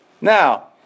Now